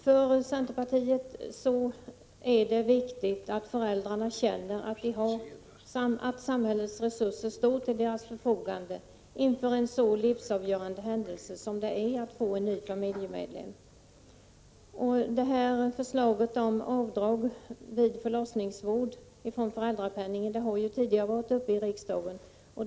Det är viktigt för centerpartiet att föräldrarna känner att samhällets resurser står till deras förfogande inför en så livsavgörande händelse som det är att få en ny familjemedlem. Förslaget om avdrag från föräldrapenningen vid förlossningsvård har ju tidigare varit uppe i riksdagen.